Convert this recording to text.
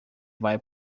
vai